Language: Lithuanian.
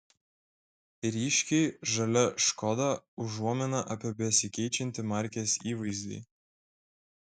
ryškiai žalia škoda užuomina apie besikeičiantį markės įvaizdį